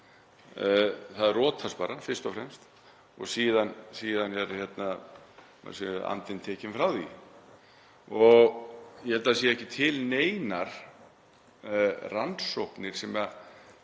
rotast bara fyrst og fremst og síðan er andinn tekinn frá því. Ég held að það séu ekki til neinar rannsóknir sem